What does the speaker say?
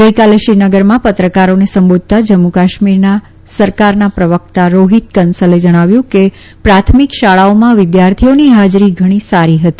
ગઈકાલે શ્રીનગરમાં પત્રકારોને સંબોધતા જમ્મુ કાશ્મીર સરકારના પ્રવકતા રોફીત કન્સલ એ જણાવ્યું કે પ્રાથમિક શાળાઓમાં વિદ્યાર્થીઓની હાજરી ઘણી સારી હતી